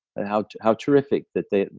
and how how terrific that they.